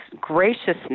graciousness